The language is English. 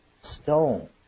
stone